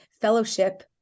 fellowship